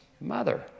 mother